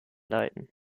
leiten